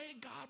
God